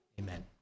Amen